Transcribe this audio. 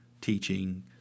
teaching